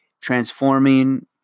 transforming